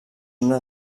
una